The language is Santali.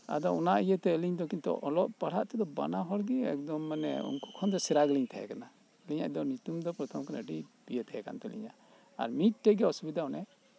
ᱟᱫᱚ ᱚᱱᱟ ᱤᱭᱟᱹ ᱛᱮ ᱟᱞᱤᱧ ᱫᱚ ᱠᱤᱱᱛᱩ ᱚᱞᱚᱜ ᱯᱟᱲᱦᱟᱜ ᱛᱮ ᱵᱟᱱᱟ ᱦᱚᱲ ᱜᱮ ᱮᱠᱫᱚᱢ ᱢᱟᱱᱮ ᱩᱱᱠᱩ ᱠᱷᱚᱱ ᱫᱚ ᱥᱮᱨᱟ ᱜᱮᱞᱤᱧ ᱛᱟᱦᱮᱸᱠᱟᱱᱟ ᱟᱞᱤᱧᱟᱜ ᱫᱚ ᱧᱩᱛᱩᱢ ᱫᱚ ᱯᱨᱚᱛᱷᱚᱢ ᱠᱷᱚᱱ ᱜᱮ ᱟᱹᱰᱤ ᱜᱮ ᱤᱭᱟᱹ ᱜᱮ ᱛᱟᱦᱮᱸ ᱠᱟᱱ ᱛᱟᱞᱤᱧᱟᱹ ᱟᱨ ᱢᱤᱫᱴᱮᱡ ᱜᱮ ᱚᱥᱩᱵᱤᱫᱟ ᱚᱱᱮ